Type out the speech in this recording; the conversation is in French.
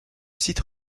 site